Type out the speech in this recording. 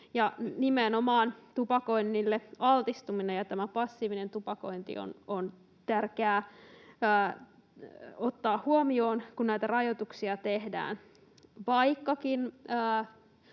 Nimenomaan tupakoinnille altistuminen ja passiivinen tupakointi on tärkeää ottaa huomioon, kun näitä rajoituksia tehdään.